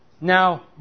Now